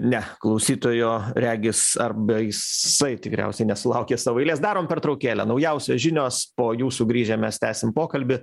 ne klausytojo regis arba jisai tikriausiai nesulaukė savo eilės darom pertraukėlę naujausios žinios po jų sugrįžę mes tęsim pokalbį